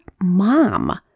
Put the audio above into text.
mom